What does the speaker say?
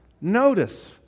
notice